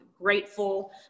grateful